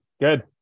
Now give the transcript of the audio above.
good